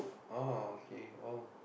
orh okay !wow!